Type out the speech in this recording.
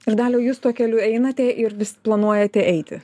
ir daliau jus tuo keliu einate ir vis planuojate eiti